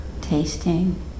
tasting